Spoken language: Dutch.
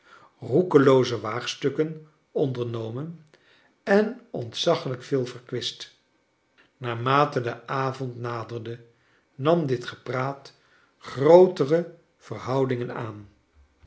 roekelooze waagstukken ondernomen en ontzaglijk veel verkwist naarmate de avond uaderde nam dit gepraat grootero verhoudingen aan